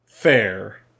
Fair